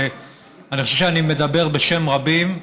ואני חושב שאני מדבר בשם רבים.